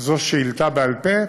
זו שאילתה בעל פה?